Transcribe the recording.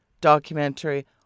documentary